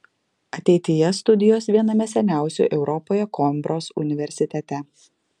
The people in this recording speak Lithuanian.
ateityje studijos viename seniausių europoje koimbros universitete